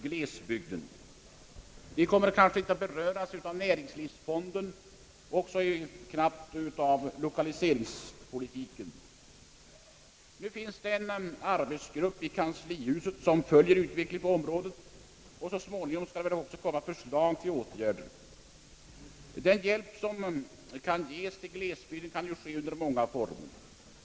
Glesbygderna kommer väl inte att beröras av den näringspolitiska fonden och knappast heller av lokaliseringspolitiken. Nu finns det en arbetsgrupp i kanslihuset som följer utvecklingen i glesbygderna, och så småningom skal det väl komma fram förslag till åtgärder. Hjälpen till glesbygden kan få många former.